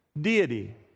deity